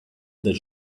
that